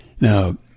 Now